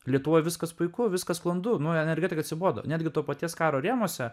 lietuvoj viskas puiku viskas sklandu nu energetika atsibodo netgi to paties karo rėmuose